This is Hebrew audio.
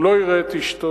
הוא לא יראה את אשתו,